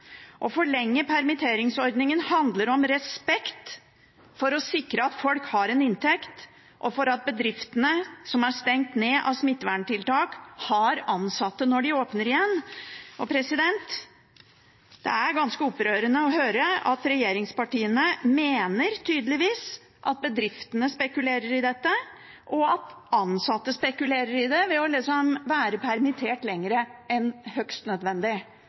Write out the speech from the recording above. Å forlenge permitteringsordningen handler om respekt for å sikre at folk har en inntekt, og for at bedriftene som er stengt ned av smitteverntiltak, har ansatte når de åpner igjen. Det er ganske opprørende å høre at regjeringspartiene tydeligvis mener at bedriftene spekulerer i dette, og at ansatte spekulerer i det ved liksom å være permittert lenger enn høyst nødvendig.